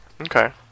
Okay